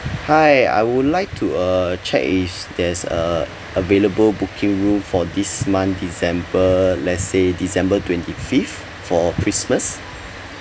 hi I would like to uh check is there's uh available booking room for this month december let's say december twenty-fifth for christmas